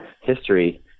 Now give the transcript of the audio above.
history